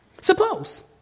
Suppose